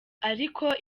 ariko